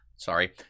Sorry